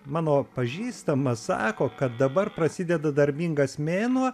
mano pažįstamas sako kad dabar prasideda darbingas mėnuo